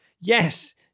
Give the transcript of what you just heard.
yes